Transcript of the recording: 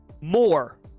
more